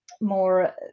more